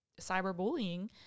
cyberbullying